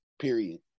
Period